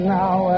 now